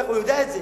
הוא יודע את זה.